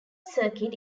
circuit